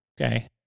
okay